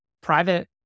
private